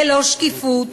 ללא שקיפות,